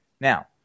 Now